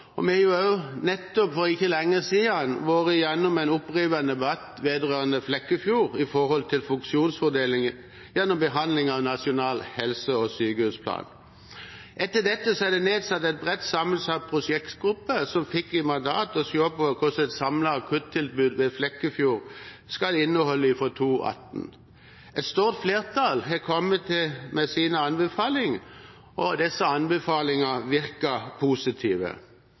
Sørlandet. Vi har for ikke lenge siden også vært gjennom en opprivende debatt vedrørende Flekkefjord og funksjonsfordeling, igjennom behandlingen av Nasjonal helse- og sykehusplan. Etter dette ble det nedsatt en bredt sammensatt prosjektgruppe som fikk i mandat å se på hva et samlet akuttilbud ved Flekkefjord skal inneholde fra 2018. Et stort flertall har kommet med sin anbefaling, og disse anbefalingene virker positive.